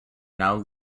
now